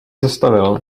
zastavil